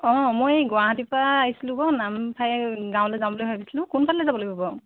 অঁ মই গুৱাহাটীৰপৰা আহিছিলোঁ আকৌ নামফাকে গাঁৱলৈ যাম বুলি ভাবিছিলোঁ কোনফালে যাব লাগিব বাৰু